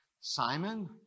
simon